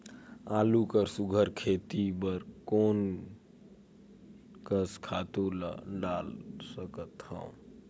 आलू कर सुघ्घर खेती बर मैं कोन कस खातु ला डाल सकत हाव?